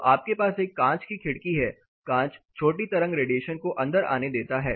तो आपके पास एक कांच की खिड़की है कांच छोटी तरंग रेडिएशन को अंदर आने देता है